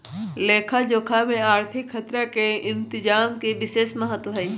लेखा जोखा में आर्थिक खतरा के इतजाम के विशेष महत्व हइ